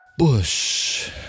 Bush